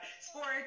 sports